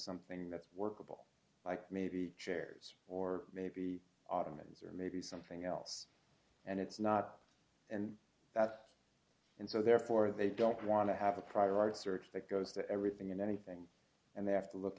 something that's workable like maybe chairs or maybe ottomans or maybe something else and it's not and that and so therefore they don't want to have a prior art search that goes to everything and anything and they have to look